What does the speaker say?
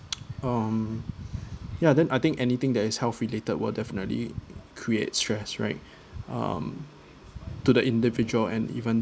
um ya then I think anything that is health related would definitely create stress right um to the individual and even